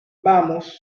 vamos